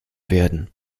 werden